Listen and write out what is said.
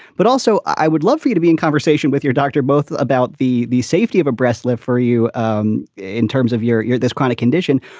but also, i would love for you to be in conversation with your doctor both about the the safety of a breast lift for you um in terms of your your this kind of condition,